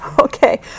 Okay